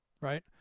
Right